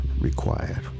required